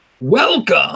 welcome